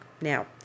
now